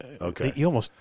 Okay